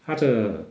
它的